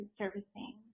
servicing